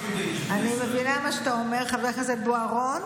אני מבינה מה שאתה אומר, חבר הכנסת בוארון,